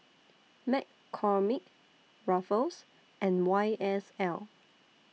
McCormick Ruffles and Y S L